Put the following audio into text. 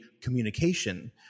communication